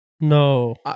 No